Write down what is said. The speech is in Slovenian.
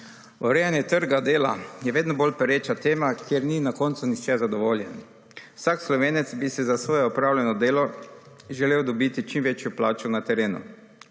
Urejanje trga dela je vedno bolj pereča tema, kjer ni na koncu nihče zadovoljen. Vsak Slovenec bi si za svoje opravljeno delo želel dobiti čim večjo plačo na terenu,